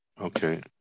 Okay